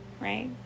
right